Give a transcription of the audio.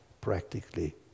practically